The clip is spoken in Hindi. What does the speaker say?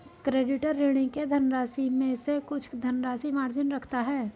क्रेडिटर, ऋणी के धनराशि में से कुछ धनराशि मार्जिन रखता है